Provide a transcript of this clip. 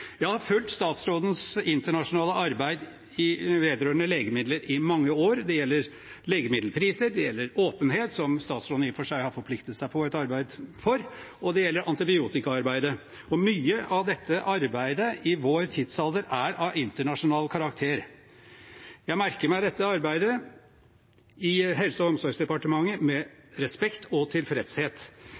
Jeg har fulgt statsrådens internasjonale arbeid vedrørende legemidler i mange år. Det gjelder legemiddelpriser, det gjelder åpenhet, som statsråden i og for seg har forpliktet seg til et arbeid for, og det gjelder antibiotikaarbeidet. Mye av dette arbeidet er i vår tidsalder av internasjonal karakter. Jeg merker meg dette arbeidet i Helse- og omsorgsdepartementet med respekt og tilfredshet.